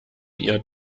ihr